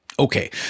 Okay